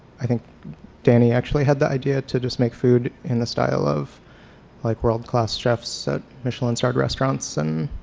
i think danny actually had the idea to just make food in the style of like world class chefs at michelin starred restaurants and,